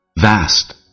vast